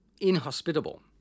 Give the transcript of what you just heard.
inhospitable